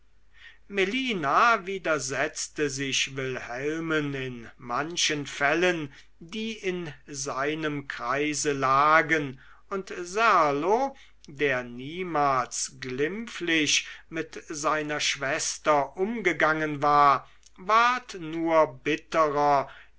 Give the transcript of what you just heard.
melina widersetzte sich wilhelmen in manchen fällen die in seinem kreise lagen und serlo er niemals glimpflich mit seiner schwester umgegangen war ward nur bitterer